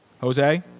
Jose